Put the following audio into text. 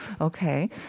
okay